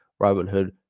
Robinhood